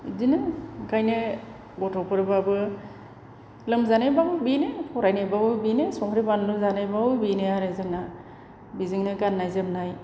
बिदिनो बेखायनो गथ'फोरब्लाबो लोमजानायब्लाबो बेनो फरायनायब्लाबो बेनो संख्रि बानलु जानायब्लाबो बेनो आरो जोंना बेजोंनो गाननाय जोमनाय